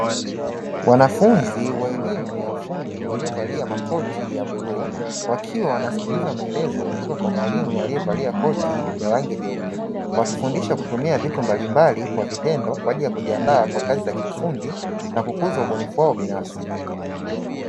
Wanafunzi wa elimu ya ufundi waliovalia makoti la bluu, wakiwa wanasikiliza maelezo kutoka kwa mwalimu aliyevalia koti la rangi jeupe, wakifundishwa kutumia vitu mbalimbali kwa vitendo kwa ajili ya kujiandaa kwa kazi za kiufundi na kukuza ubunifu wao binafsi.